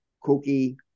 Cookie